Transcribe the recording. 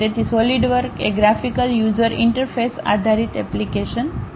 તેથી સોલિડવર્ક એ graphical user interface આધારિત એપ્લિકેશન છે